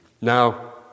Now